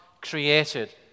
created